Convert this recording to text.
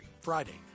Friday